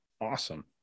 Awesome